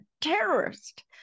terrorist